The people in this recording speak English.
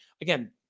again